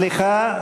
סליחה,